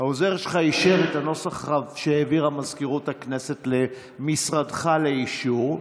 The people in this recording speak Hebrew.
העוזר שלך אישר את הנוסח שהעבירה מזכירות הכנסת למשרדך לאישור.